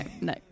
no